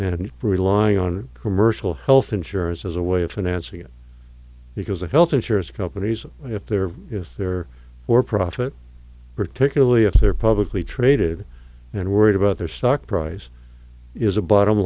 and relying on commercial health insurers as a way of financing it because the health insurance companies if they're if they're for profit particularly if they're publicly traded and worried about their stock price is a bottom